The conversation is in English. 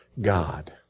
God